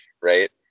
right